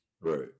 right